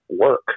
work